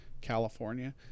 California